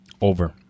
Over